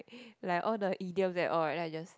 like all the idioms and all right like I just